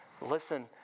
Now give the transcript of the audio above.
listen